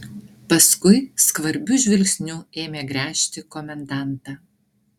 paskui skvarbiu žvilgsniu ėmė gręžti komendantą